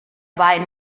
wein